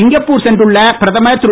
Singapore சென்றுள்ள பிரதமர் திரு